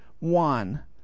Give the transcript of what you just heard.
One